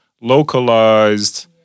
localized